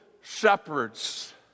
shepherds